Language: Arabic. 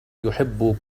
يحب